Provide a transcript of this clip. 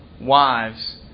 wives